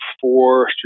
four